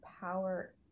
power